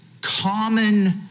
common